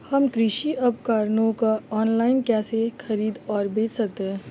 हम कृषि उपकरणों को ऑनलाइन कैसे खरीद और बेच सकते हैं?